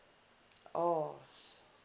oh